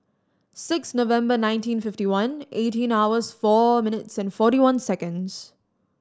six November nineteen fifty one eighteen hours four minutes and forty one seconds